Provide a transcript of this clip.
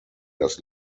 das